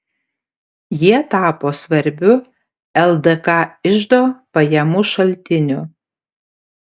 jie tapo svarbiu ldk iždo pajamų šaltiniu